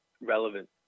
relevant